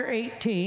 18